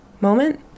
moment